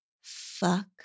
fuck